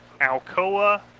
Alcoa